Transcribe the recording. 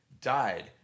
died